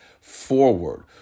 forward